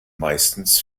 meistens